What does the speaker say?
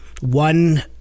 One